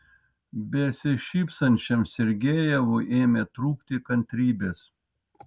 besišypsančiam sergejevui ėmė trūkti kantrybės